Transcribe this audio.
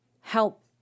help